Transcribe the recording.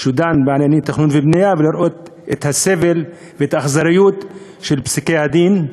שדן בענייני תכנון ובנייה ולראות את הסבל ואת האכזריות של פסקי-הדין.